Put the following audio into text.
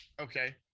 okay